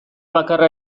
bakarra